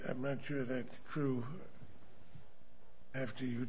i'm not sure that's true after you